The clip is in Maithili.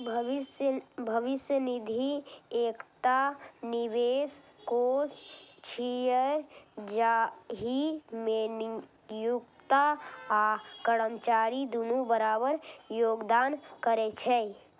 भविष्य निधि एकटा निवेश कोष छियै, जाहि मे नियोक्ता आ कर्मचारी दुनू बराबर योगदान करै छै